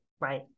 Right